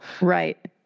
Right